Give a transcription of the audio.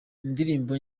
indirimbo